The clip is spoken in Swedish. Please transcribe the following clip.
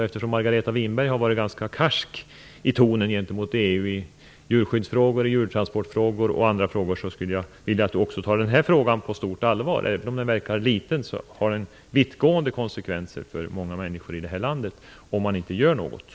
Eftersom Margareta Winberg har varit ganska karsk i tonen gentemot EU vad gäller t.ex. djurskydd och djurtransporter skulle jag vilja att hon också tar den här frågan på stort allvar. Även om den verkar liten blir det vittgående konsekvenser för många människor i det här landet om man inte gör något.